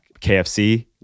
KFC